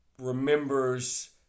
remembers